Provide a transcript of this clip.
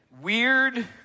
Weird